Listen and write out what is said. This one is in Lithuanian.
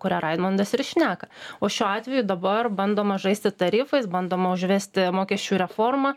kurią raimondas ir šneka o šiuo atveju dabar bandoma žaisti tarifais bandoma užvesti mokesčių reformą